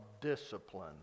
discipline